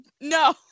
no